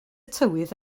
tywydd